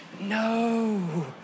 No